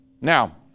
now